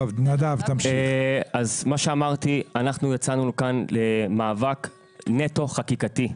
כמו שאמרתי, אנחנו יצאנו כאן למאבק נטו חקיקתי,